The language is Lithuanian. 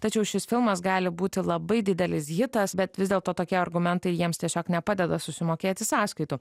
tačiau šis filmas gali būti labai didelis hitas bet vis dėlto tokie argumentai jiems tiesiog nepadeda susimokėti sąskaitų